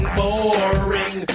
boring